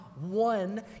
one